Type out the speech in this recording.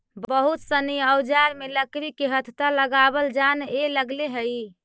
बहुत सनी औजार में लकड़ी के हत्था लगावल जानए लगले हई